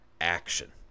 action